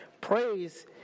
praise